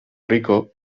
rico